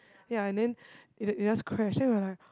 ya and then it just it just crashed then we're like